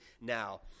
now